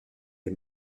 des